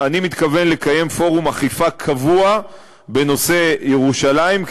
אני מתכוון לקיים פורום אכיפה קבוע בנושא ירושלים,